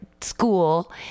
school